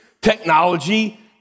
technology